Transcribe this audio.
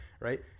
right